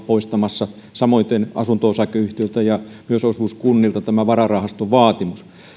poistamassa samoiten asunto osakeyhtiöiltä ja myös osuuskunnilta vararahastovaatimus